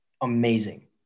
amazing